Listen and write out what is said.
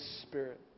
Spirit